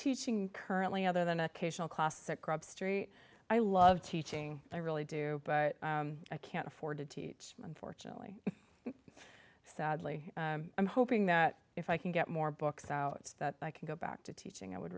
teaching currently other than occasional classic grub street i love teaching i really do but i can't afford to teach unfortunately sadly i'm hoping that if i can get more books out that i can go back to teaching i would